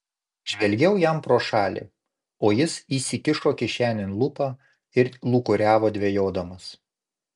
žvelgiau jam pro šalį o jis įsikišo kišenėn lupą ir lūkuriavo dvejodamas